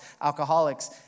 alcoholics